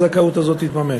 הזכאות הזאת תתממש.